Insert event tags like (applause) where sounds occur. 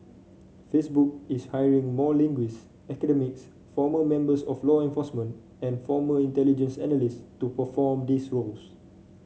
Facebook is hiring more linguist (unintelligible) former members of law enforcement and former intelligence analyst to perform these roles